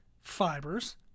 fibers